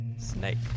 Snake